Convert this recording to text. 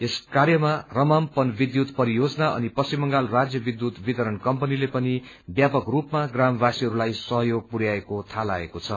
यस कार्यमा रम्माम पन विद्युत परियोजना अनि पश्चिम बंगाल राज्य विद्युत वितरण कम्पनीले पनि व्यापक रूपमा ग्रामवासीहरूलाई सहयोग पुरयाएको थाहा लागेको छ